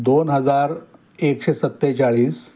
दोन हजार एकशे सत्तेचाळीस